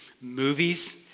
movies